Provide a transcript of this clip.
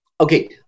Okay